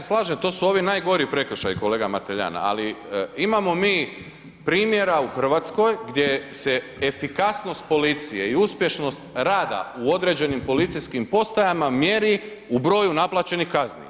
Pa ja se slažem, to su ovi najgori prekršaji, kolega Mateljan, ali imamo mi primjera u Hrvatskoj gdje se efikasnost policije i uspješnost rada u određenim policijskim postajama mjeri u broju naplaćenih kazni.